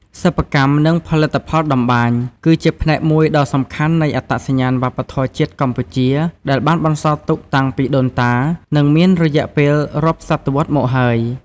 សិប្បកម្ម និងផលិតផលតម្បាញ គឺជាផ្នែកមួយដ៏សំខាន់នៃអត្តសញ្ញាណវប្បធម៌ជាតិកម្ពុជា ដែលបានបន្សល់ទុកតាំងពីដូនតា និងមានរយៈពេលរាប់សតវត្សរ៍មកហើយ។